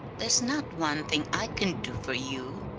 there's not one thing i can do for you!